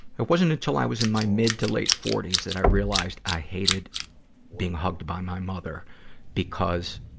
it wasn't until i was in my mid to late forty s that i realized i hated being hugged by my mother because